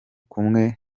kumwe